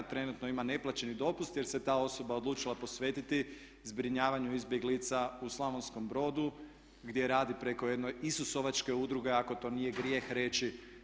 Trenutno ima neplaćeni dopust jer se ta osoba odlučila posvetiti zbrinjavanju izbjeglica u Slavonskom Brodu, gdje radi preko jedne isusovačke udruge ako to nije grijeh reći.